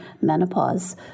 menopause